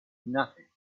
nothing